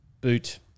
boot